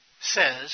says